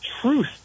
truth